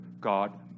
God